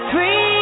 Free